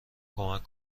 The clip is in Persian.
کمک